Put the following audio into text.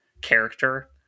character